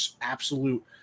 absolute